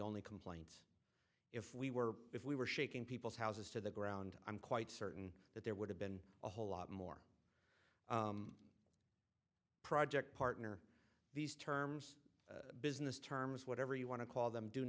only complaint if we were if we were shaking people's houses to the ground i'm quite certain that there would have been a whole lot more project partner these terms business terms whatever you want to call them do